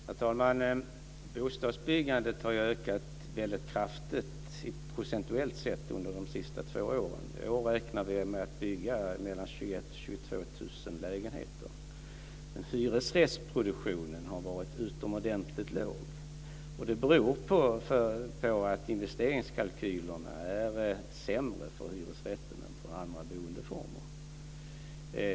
Herr talman! Bostadsbyggandet har ju ökat väldigt kraftigt procentuellt sett under det senaste två åren. I år räknar man med att bygga 21 000-22 000 lägenheter. Men hyresrättsproduktionen har varit utomordentligt låg. Det beror på att investeringskalkylerna för hyresrätter är sämre än för andra boendeformer.